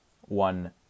one